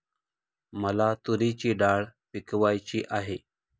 मला तूरीची डाळ पिकवायची आहे